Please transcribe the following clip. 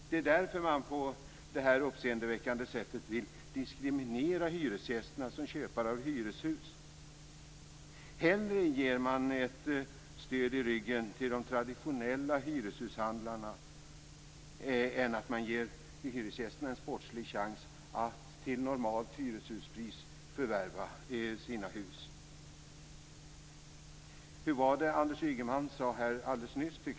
Det är därför man på det här uppseendeväckande sättet vill diskriminera hyresgästerna som köpare av hyreshus. Hellre ger man ett stöd i ryggen till de traditionella hyreshushandlarna än ger hyresgästerna en sportslig chans att till normalt hyreshuspris förvärva sina hus. Hur var det Anders Ygeman sade alldeles nyss?